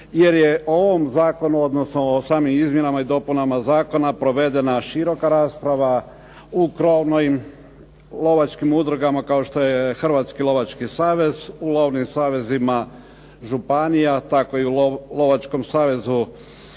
jer je o ovom zakonu odnosno o samim izmjenama i dopunama zakona provedena široka rasprava u … /Govornik se ne razumije./… lovačkim udrugama kao što je Hrvatski lovački savez, u lovnim savezima županija, tako i u Lovačkom savezu